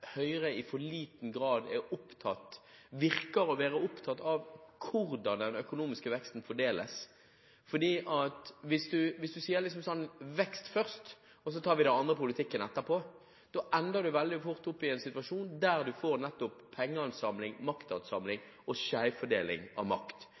Høyre i for liten grad virker å være opptatt av hvordan den økonomiske veksten fordeles. For hvis man sier vekst først, og så tar vi det andre i politikken etterpå, ender man veldig fort opp i en situasjon der man nettopp får pengeansamling,